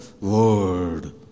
Word